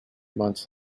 months